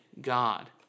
God